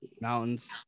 mountains